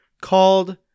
called